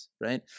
right